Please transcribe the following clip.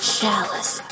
Chalice